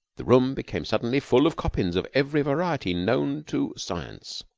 the room became suddenly full of coppins of every variety known to science.